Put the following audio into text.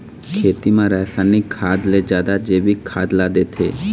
खेती म रसायनिक खाद ले जादा जैविक खाद ला देथे